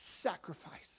sacrifice